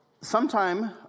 sometime